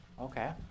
Okay